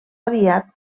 aviat